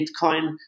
Bitcoin